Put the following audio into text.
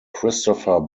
christopher